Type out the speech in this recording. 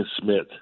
Smith